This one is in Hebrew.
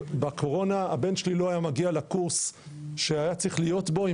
בקורונה הבן שלי לא היה מגיע לקורס שהיה צריך להיות בו אם